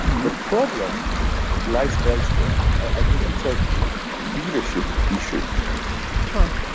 the problem lies elsewhere. i think it's a leadership issue huh.